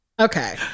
okay